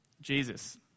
Jesus